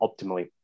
optimally